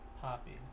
poppy